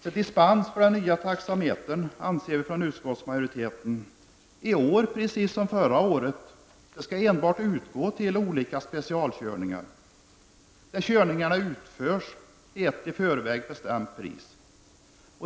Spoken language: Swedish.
Så dispens för införandet av den nya taxametern anser vi från utskottsmajoriteten i år, precis som förra året, enbart skall medges när det gäller olika specialkörningar, där körningarna utförs till ett i förväg bestämt pris.